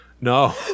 No